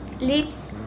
Lips